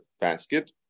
basket